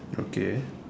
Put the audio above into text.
okay